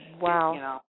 Wow